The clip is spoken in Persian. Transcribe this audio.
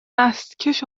دستکش